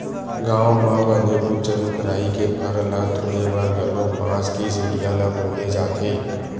गाँव म बने उच्च रूख राई के फर ल तोरे बर घलोक बांस के सिड़िया ल बउरे जाथे